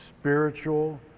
spiritual